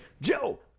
Joe